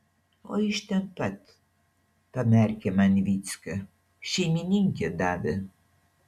o iš ten pat pamerkė man vycka šeimininkė davė